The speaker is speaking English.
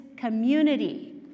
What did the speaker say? community